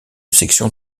section